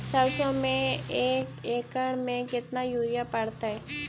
सरसों में एक एकड़ मे केतना युरिया पड़तै?